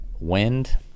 Wind